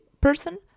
person